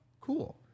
cool